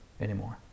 anymore